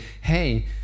hey